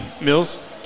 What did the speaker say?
Mills